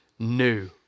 New